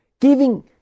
giving